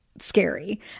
scary